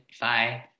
Bye